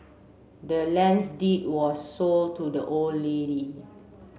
the land's deed was sold to the old lady